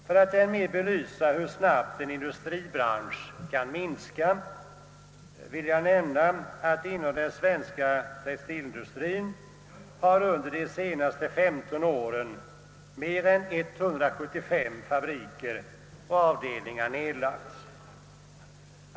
För att ytterligare belysa hur snabbt en industribransch kan minska vill jag nämna att mer än 175 fabriker och avdelningar har nedlagts inom den svenska textilindustrien under de senaste 15 åren.